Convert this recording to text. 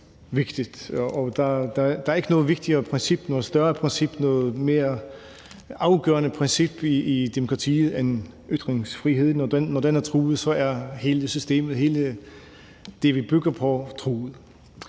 Der er ikke noget vigtigere, større eller mere afgørende princip i demokratiet end ytringsfriheden, og når den er truet, er hele systemet og alt det, vi bygger på, truet.